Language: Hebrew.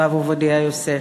הרב עובדיה יוסף.